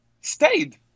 stayed